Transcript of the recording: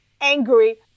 angry